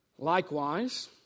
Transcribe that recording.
Likewise